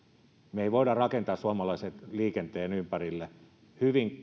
me emme voi rakentaa suomalaisen liikenteen ympärille kansalaisille hyvin